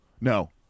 No